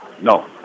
No